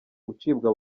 gucibwa